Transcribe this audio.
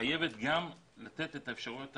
חייבת גם לתת את אפשרויות התשלום,